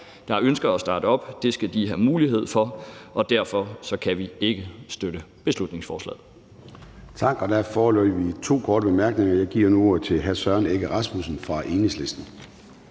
– der ønsker at starte op, skal have mulighed for det. Derfor kan vi ikke støtte beslutningsforslaget.